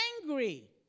angry